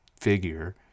figure